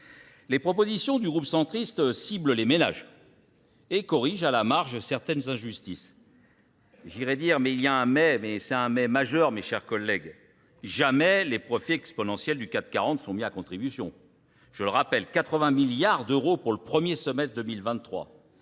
Les propositions du groupe centriste ciblent les ménages et corrigent à la marge certaines injustices. J'irais dire, mais il y a un mai, mais c'est un mai majeur, mes chers collègues. Jamais les profits exponentiels du 4,40 sont mis à contribution. Je le rappelle, 80 milliards d'euros pour le premier semestre 2023.